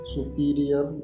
Superior